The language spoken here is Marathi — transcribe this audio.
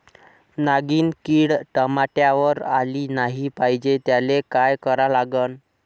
नागिन किड टमाट्यावर आली नाही पाहिजे त्याले काय करा लागन?